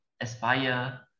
aspire